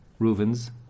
Reuven's